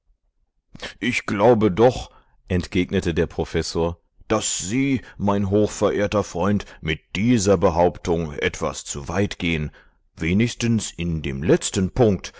ich glaube doch entgegnete der professor daß sie mein hochverehrter freund mit dieser behauptung etwas zu weit gehen wenigstens in dem letzten punkt